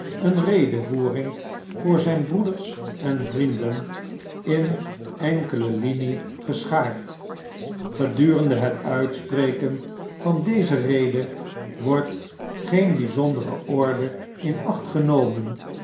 een redevoering voor zjjn broeders en vrienden in enkele linie geschaard gedurende het uitspreken van deze rede wordt geen byzondere orde in acht genomen